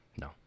No